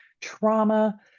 trauma